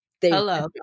Hello